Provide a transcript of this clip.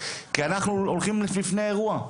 כי אנחנו עומדים בפני אירוע.